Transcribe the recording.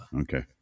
Okay